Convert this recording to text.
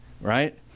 right